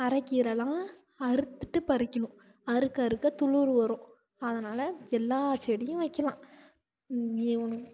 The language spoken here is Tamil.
அரைக்கீரைலாம் அறுத்துகிட்டு பறிக்கணும் அறுக்க அறுக்க துளுர் வரும் அதனால் எல்லா செடியும் வைக்கலாம் வேகணும்